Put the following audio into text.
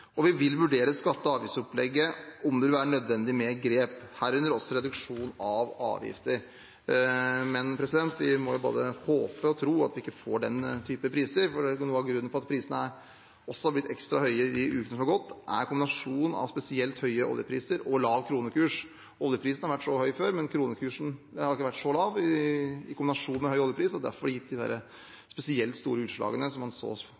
vi vil vurdere i skatte- og avgiftsopplegget om det vil være nødvendig med grep, herunder også reduksjon av avgifter. Vi må bare håpe og tro at vi ikke får den type priser, for noe av grunnen til at prisene også har blitt ekstra høye i de ukene som har gått, er kombinasjonen av spesielt høye oljepriser og lav kronekurs. Oljeprisen har vært så høy før, men kronekursen har ikke vært så lav i kombinasjon med høy oljepris, og derfor har det gitt de spesielt store utslagene som man så